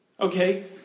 Okay